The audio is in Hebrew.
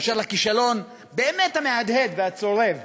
באשר לכישלון באמת מהדהד וצורב